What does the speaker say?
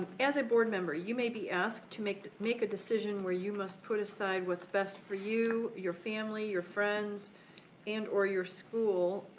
as a board member, you may be asked to make make a decision where you must put aside what's best for you, your family, your friends and or your school,